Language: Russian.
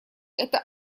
это